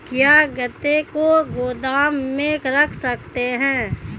क्या गन्ने को गोदाम में रख सकते हैं?